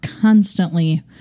constantly